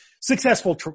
successful